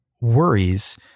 worries